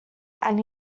and